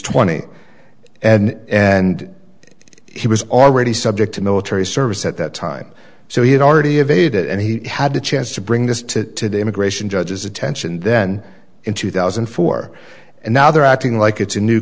twenty and and he was already subject to military service at that time so he had already evaded and he had a chance to bring this to the immigration judge's attention then in two thousand and four and now they're acting like it's a new